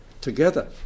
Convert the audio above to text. together